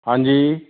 ਹਾਂਜੀ